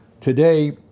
Today